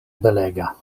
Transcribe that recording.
belega